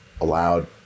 allowed